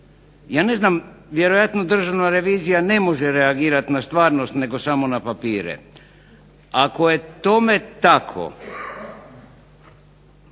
Ja ne znam vjerojatno Državna revizija ne može reagirati na stvarnost nego samo na papire. Ako je tome tako,